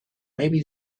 maybe